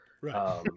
Right